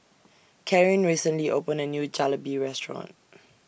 Karyn recently opened A New Jalebi Restaurant